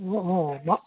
ಹ್ಞೂ ಹ್ಞೂ ಮಾ